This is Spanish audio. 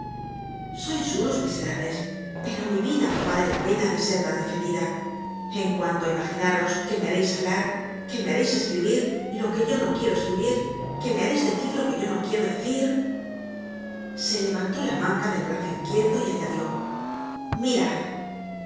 sois unos miserables pero mi vida no vale la pena de ser tan defendida en cuanto á imaginaros que me hareis hablar que me hareis escribir lo que yo no quiero escribir que me hareis decir lo que yo no quiero decir se levantó la manga del brazo izquierdo y añadió mirad